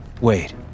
Wait